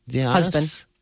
Husband